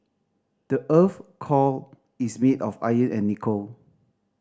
the earth's core is made of iron and nickel